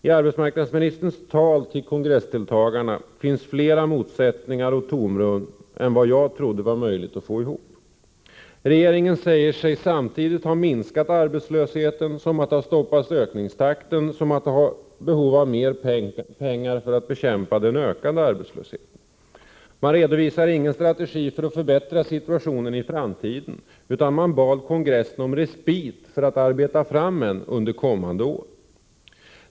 I arbetsmarknadsministerns tal till kongressdeltagarna fanns fler motsättningar och tomrum än vad jag trodde var möjligt att få ihop. Regeringen sade sig samtidigt ha minskat arbetslösheten, ha stoppat ökningstakten och ha behov av mer pengar för att bekämpa den ökade arbetslösheten. Man redovisade ingen strategi för att förbättra situationen i framtiden, utan man bad kongressen om respit för att arbeta fram en strategi under kommande år.